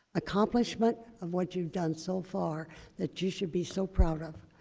accomplishment of what you've done so far that you should be so proud of.